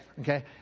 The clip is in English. okay